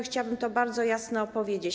Chciałabym to bardzo jasno powiedzieć.